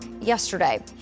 yesterday